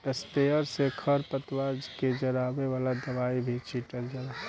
sprayer से खर पतवार के जरावे वाला दवाई भी छीटल जाला